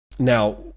Now